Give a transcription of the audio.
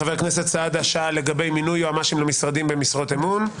ח"כ סעדה שאל לגבי מינוי יועצים משפטיים למשרדים במשרות אמון.